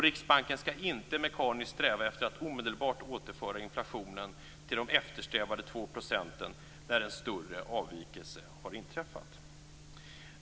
Riksbanken skall inte mekaniskt sträva efter att omedelbart återföra inflationen till eftersträvade 2 % när en större avvikelse inträffat.